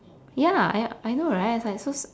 ya I I know right it's like so s~